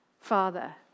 Father